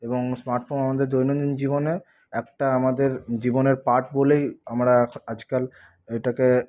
এবং smart phone আমাদের দৈনন্দিন জীবনের একটা আমাদের জীবনের পার্ট বলেই আমরা আজকাল এটাকে